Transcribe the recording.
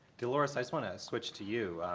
delores, i just want to switch to you.